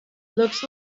looks